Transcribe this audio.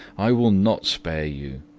i will not spare you.